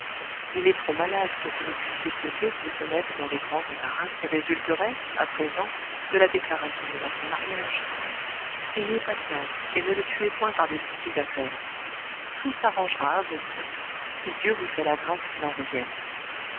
il est trop malade pour que vous puissiez souhaiter qu'il se mette dans les grands embarras qui résulteraient à présent de la déclaration de votre mariage ayez patience et ne le tuez point par des soucis d'affaires tout s'arrangera à vos souhaits si dieu vous fait la grâce qu'il en revienne